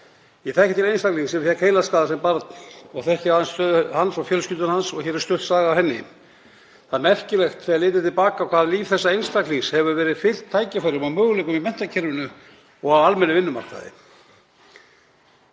Ég þekki til einstaklings sem fékk heilaskaða sem barn og þekki aðeins stöðu hans og fjölskyldu hans og hér er stutt saga af henni. Það er merkilegt þegar litið er til baka hvað líf þessa einstaklings hefur verið fyllt tækifærum og möguleikum í menntakerfinu og á almennum vinnumarkaði.